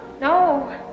No